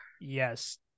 Yes